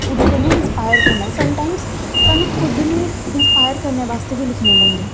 कन्नै inspire some time सानूं खुद बी इंसपायर करने बास्तै लिखने पौंदा